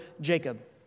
Jacob